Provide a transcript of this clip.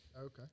Okay